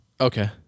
Okay